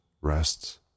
rests